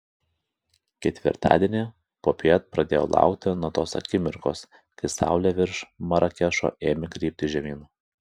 ketvirtadienį popiet pradėjau laukti nuo tos akimirkos kai saulė virš marakešo ėmė krypti žemyn